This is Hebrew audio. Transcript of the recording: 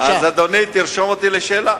אז, אדוני, תרשום אותי לשאלה.